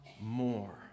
more